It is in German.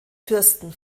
fürsten